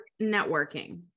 networking